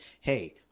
Hey